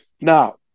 Now